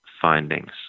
findings